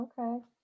Okay